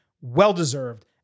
well-deserved